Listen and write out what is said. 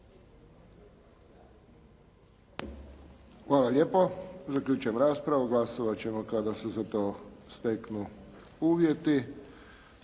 Hvala lijepo. Zaključujem raspravu. Glasovati ćemo kada se za to steknu uvjeti.